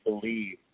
believe